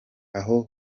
aho